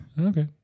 Okay